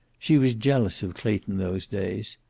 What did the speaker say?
she was jealous of clayton those days.